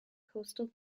coastal